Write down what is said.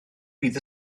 bydd